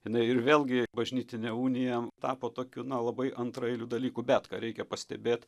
jinai ir vėlgi bažnytinė unija tapo tokiu na labai antraeiliu dalyku bet ką reikia pastebėt